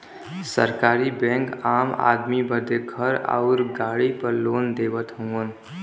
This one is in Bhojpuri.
सरकारी बैंक आम आदमी बदे घर आउर गाड़ी पर लोन देवत हउवन